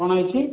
କଣ ହେଇଛି